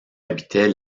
habitait